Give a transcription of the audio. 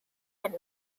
and